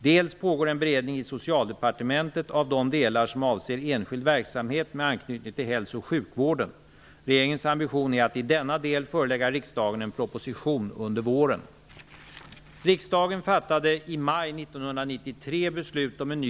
Dels pågår det en beredning i Socialdepartementet av de delar som avser enskild verksamhet med anknytning till hälso och sjukvården. Regeringens ambition är att i denna del förelägga riksdagen en proposition under våren.